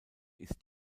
ist